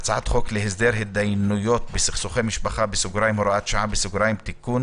בהצעת חוק להסדר התדיינות בסכסוכי משפחה (הוראת שעה) (תיקון